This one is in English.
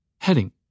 Heading